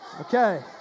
Okay